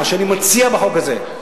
מה שאני מציע בחוק הזה,